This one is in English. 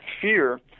fear